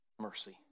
mercy